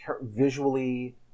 visually